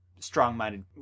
strong-minded